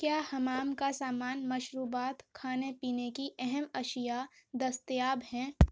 کیا حمام کا سامان مشروبات کھانے پینے کی اہم اشیا دستیاب ہیں